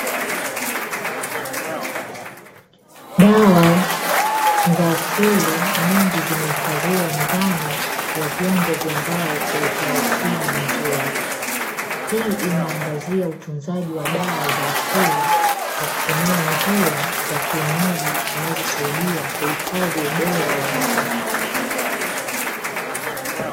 Dawa za asili nyingi zimehifadhiwa ndani ya vyombo vya mbao kwa utaratibu mzuri. Hii inaangazia utunzaji wa dawa za asili, kwa kutumia njia za kienyeji zinazosaidia kuhifadhi ubora wa dawa.